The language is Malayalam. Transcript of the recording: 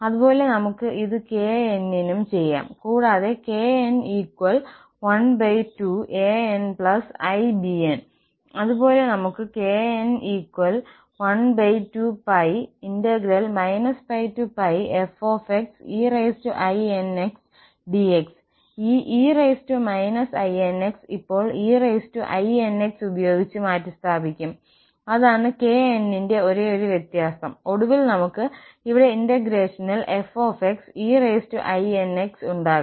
അതുപോലെ നമുക്ക് ഇത് kn നും ചെയ്യാം കൂടാതെ kn 12 ani bn അതുപോലെ നമുക്ക് kn 12π πfxeinxdx ഈ e inx ഇപ്പോൾ einx ഉപയോഗിച്ച് മാറ്റിസ്ഥാപിക്കും അതാണ് kn ന്റെ ഒരേയൊരു വ്യത്യാസം ഒടുവിൽ നമുക്ക് ഇവിടെ ഇന്റഗ്രേഷനിൽ f einx ഉണ്ടാകും